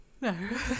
No